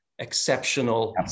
exceptional